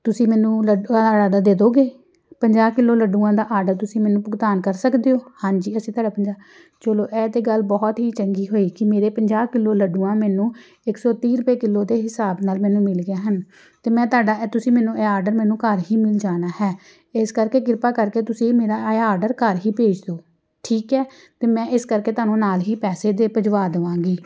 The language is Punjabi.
ਤੁਸੀਂ ਮੈਨੂੰ ਲੱ ਦੇ ਦਿਉਗੇ ਪੰਜਾਹ ਕਿੱਲੋ ਲੱਡੂਆਂ ਦਾ ਆਡਰ ਤੁਸੀਂ ਮੈਨੂੰ ਭੁਗਤਾਨ ਕਰ ਸਕਦੇ ਹੋ ਹਾਂਜੀ ਅਸੀਂ ਤੁਹਾਡਾ ਪੰਜਾਹ ਚਲੋ ਇਹ ਤਾਂ ਗੱਲ ਬਹੁਤ ਹੀ ਚੰਗੀ ਹੋਏਗੀ ਮੇਰੇ ਪੰਜਾਹ ਕਿੱਲੋ ਲੱਡੂਆਂ ਮੈਨੂੰ ਇੱਕ ਸੌ ਤੀਹ ਰੁਪਏ ਕਿੱਲੋ ਦੇ ਹਿਸਾਬ ਨਾਲ ਮੈਨੂੰ ਮਿਲ ਗਏ ਹਨ ਅਤੇ ਮੈਂ ਤੁਹਾਡਾ ਇਹ ਤੁਸੀਂ ਮੈਨੂੰ ਇਹ ਆਡਰ ਮੈਨੂੰ ਘਰ ਹੀ ਮਿਲ ਜਾਣਾ ਹੈ ਇਸ ਕਰਕੇ ਕਿਰਪਾ ਕਰਕੇ ਤੁਸੀਂ ਮੇਰਾ ਇਹ ਆਡਰ ਘਰ ਹੀ ਭੇਜ ਦਿਉ ਠੀਕ ਹੈ ਅਤੇ ਮੈਂ ਇਸ ਕਰਕੇ ਤੁਹਾਨੂੰ ਨਾਲ ਹੀ ਪੈਸੇ ਦੇ ਭੇਜਵਾ ਦੇਵਾਂਗੀ